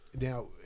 Now